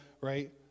Right